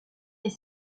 est